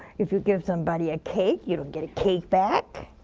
if you give somebody a cake, you don't get a cake back.